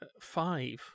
five